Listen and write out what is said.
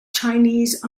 chinese